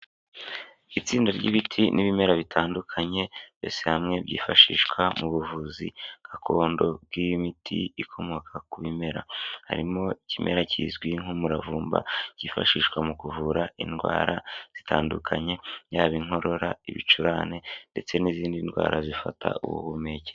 Itsinda ry'ibiti n'ibimera bitandukanye, byose hamwe byifashishwa mu buvuzi gakondo bw'imiti ikomoka ku bimera. Harimo ikimera kizwi nk'umuravumba cyifashishwa mu kuvura indwara zitandukanye yaba inkorora, ibicurane ndetse n'izindi ndwara zifata ubuhumekero.